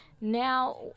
Now